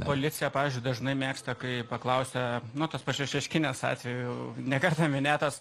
policija pavyzdžiui dažnai mėgsta kai paklausia nu tos pačios šeškinės atveju ne kartą minėtas